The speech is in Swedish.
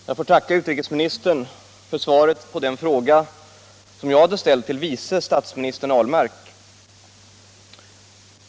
Herr talman! Jag får tacka utrikesministern för svaret på den fråga som jag hade ställt till vice statsministern Ahlmark.